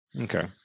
Okay